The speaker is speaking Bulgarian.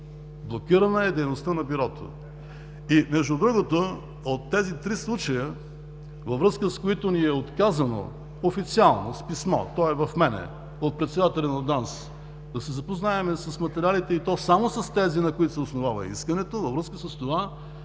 блокирана дейността на Бюрото. Между другото, от тези три случая, във връзка с които ни е отказано официално с писмо от председателя на ДАНС да се запознаем с материалите, и то само с тези, на които се основава искането, във връзка с това